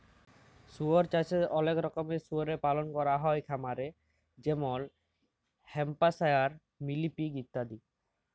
শুয়র চাষে অলেক রকমের শুয়রের পালল ক্যরা হ্যয় খামারে যেমল হ্যাম্পশায়ার, মিলি পিগ ইত্যাদি